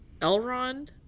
Elrond